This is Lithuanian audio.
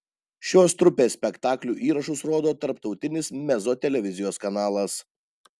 šios trupės spektaklių įrašus rodo tarptautinis mezzo televizijos kanalas